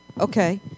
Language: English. Okay